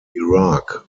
iraq